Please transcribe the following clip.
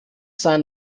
sein